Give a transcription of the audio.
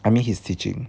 I mean his teaching